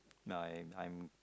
I'm if I'm